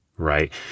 right